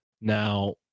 now